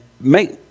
make